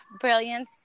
brilliance